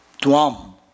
Tuam